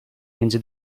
między